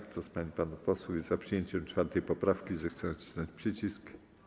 Kto z pań i panów posłów jest za przyjęciem 4. poprawki, zechce nacisnąć przycisk.